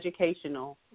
educational